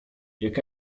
jak